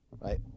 right